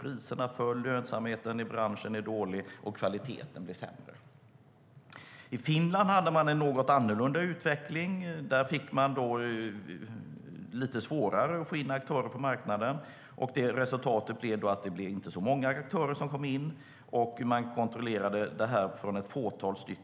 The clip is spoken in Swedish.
Priserna föll, lönsamheten i branschen är dålig och kvaliteten har blivit sämre. I Finland hade man en något annorlunda utveckling. Där var det lite svårare att få in aktörer på marknaden. Resultatet blev då att det inte var så många aktörer som kom in. Det var bara ett fåtal när man kontrollerade detta.